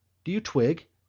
do you twig?